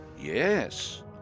Yes